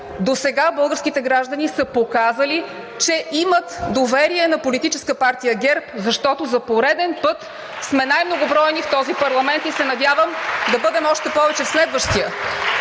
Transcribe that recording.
Досега българските граждани са показали, че имат доверие на Политическа партия ГЕРБ, защото за пореден път (ръкопляскания от ГЕРБ-СДС) сме най-многобройни в този парламент и се надявам да бъдем още повече в следващия.